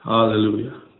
Hallelujah